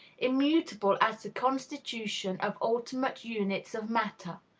immutable as the constitution of ultimate units of matter.